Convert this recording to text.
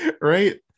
right